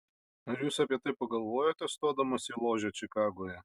ar jūs apie tai pagalvojote stodamas į ložę čikagoje